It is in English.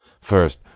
First